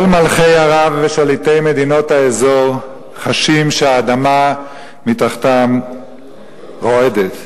כל מלכי ערב ושליטי מדינות האזור חשים שהאדמה מתחתם רועדת.